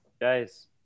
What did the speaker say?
guys